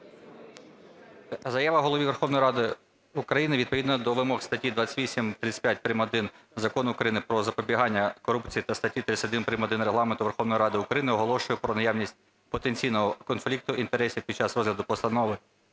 інтересів. 13:59:28 ІОНУШАС С.К. Відповідно до вимог статей 28, 35.1 Закону України "Про запобігання корупції" та статті 31.1 Регламенту Верховної Ради України оголошую про наявність потенційного конфлікту інтересів під час розгляду Постанови